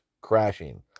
crashing